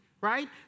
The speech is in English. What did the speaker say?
Right